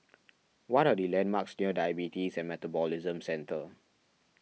what are the landmarks near Diabetes and Metabolism Centre